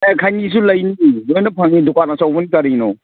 ꯑꯦ ꯈꯩꯅꯤꯁꯨ ꯂꯩꯅꯤ ꯂꯣꯏꯅ ꯐꯪꯉꯤ ꯗꯨꯀꯥꯟ ꯑꯆꯧꯕꯅꯤ ꯀꯔꯤꯅꯣ